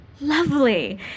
Lovely